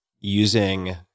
using